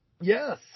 Yes